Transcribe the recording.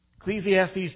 Ecclesiastes